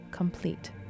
complete